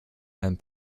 ein